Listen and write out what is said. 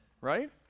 right